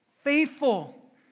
faithful